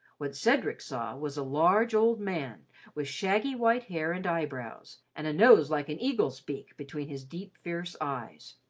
what cedric saw was a large old man with shaggy white hair and eyebrows, and a nose like an eagle's beak between his deep, fierce eyes.